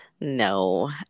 no